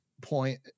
point